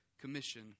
commission